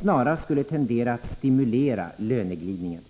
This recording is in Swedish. snarast skulle tendera att stimulera löneglidningen.